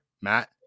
Matt